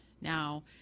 now